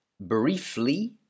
briefly